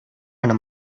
under